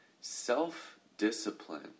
self-discipline